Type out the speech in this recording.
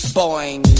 boing